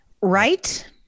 right